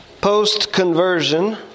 post-conversion